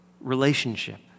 relationship